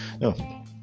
No